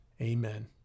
Amen